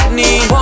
need